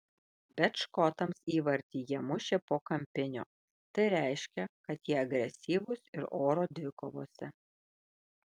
bet škotams įvartį jie mušė po kampinio tai reiškia kad jie agresyvūs ir oro dvikovose